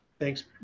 Thanks